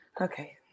Okay